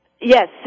Yes